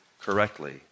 correctly